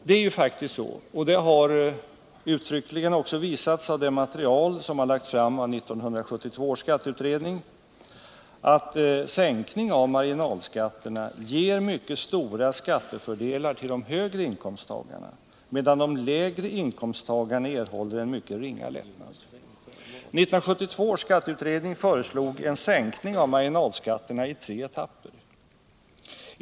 Det är emellertid så — och det har också uttryckligen visats av det material som har lagts fram av 1972 års skatteutredning — att en sänkning av marginalskatterna ger mycket stora skattefördelar för de högre inkomsttagarna, medan de lägre inkomsttagarna erhåller en mycket ringa lättnad. 1972 års skatteutredning föreslog en sänkning av marginalskatterna i tre etapper.